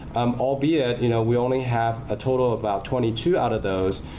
um albeit you know we only have a total about twenty two out of those,